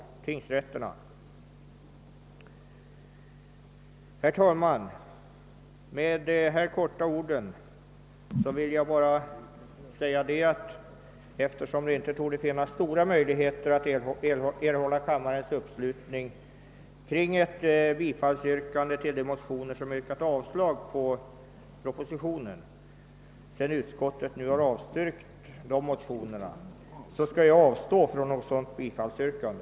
Utskottet har avstyrkt de motioner från moderata samlingspartiet i vilka yrkats avslag på propositionen. Eftersom det nu inte torde finnas några större möjligheter att erhålla kammarens uppslutning för ett bifall till dem, avstår jag från att ställa något sådant yrkande.